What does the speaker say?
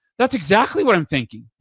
that's exactly what i'm thinking.